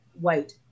white